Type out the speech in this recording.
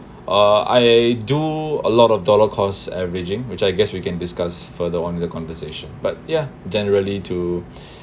uh I do a lot of dollar course averaging which I guess we can discuss further on the conversation but ya generally to